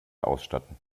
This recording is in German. ausstatten